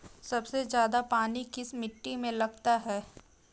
सबसे ज्यादा पानी किस मिट्टी में लगता है?